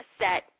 set